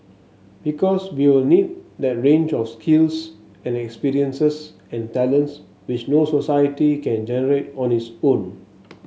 because we'll need that range of skills and experiences and talents which no society can generate on its own